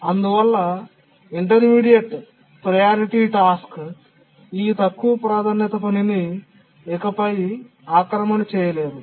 అందువల్ల intermediate priority task ఈ తక్కువ ప్రాధాన్యత పనిని ఇకపై ఆక్రమణ చేయలేము